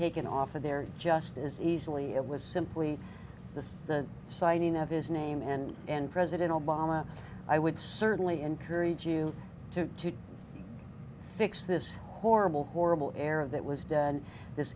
taken off of there just as easily it was simply the signing of his name and and president obama i would certainly encourage you to fix this horrible horrible error that was done this